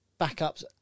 backups